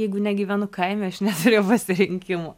jeigu negyvenu kaime aš neturiu pasirinkimo